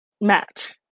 match